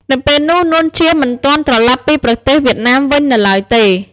នៅពេលនោះ នួន ជា មិនទាន់ត្រឡប់ពីប្រទេសវៀតណាមវិញ នៅឡើយទេ។